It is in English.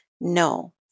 No